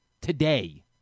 today